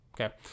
Okay